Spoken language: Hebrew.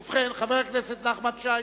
ובכן, חבר הכנסת נחמן שי.